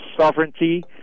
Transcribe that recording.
sovereignty